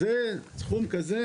אז סכום כזה,